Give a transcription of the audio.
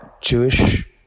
Jewish